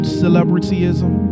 celebrityism